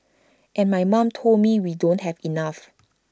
and my mom told me we don't have enough